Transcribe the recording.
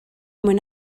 mwyn